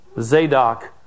Zadok